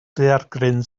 daeargryn